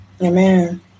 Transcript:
Amen